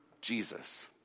Jesus